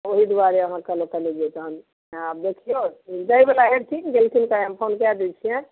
ओहि दुआरे अहाँके कहलहुँ कनि जे तहन आ देखिऔ जाइ वला हथिन गेलखिन कि हम फोन कए दै छिअनि